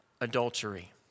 adultery